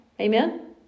Amen